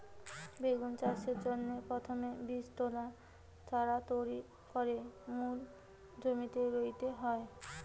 বেগুন চাষের জন্যে প্রথমে বীজতলায় চারা তৈরি কোরে মূল জমিতে রুইতে হয়